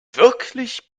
wirklich